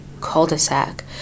Cul-de-sac